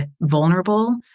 vulnerable